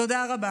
תודה רבה.